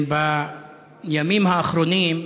בימים האחרונים,